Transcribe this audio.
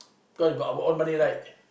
cause we got our own money right